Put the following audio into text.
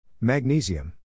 Magnesium